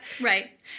Right